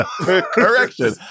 Correction